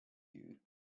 you